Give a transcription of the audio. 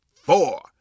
four